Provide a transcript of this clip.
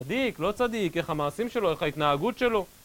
צדיק? לא צדיק. איך המעשים שלו? איך ההתנהגות שלו?